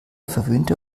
verwöhnte